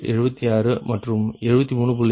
76 மற்றும் 73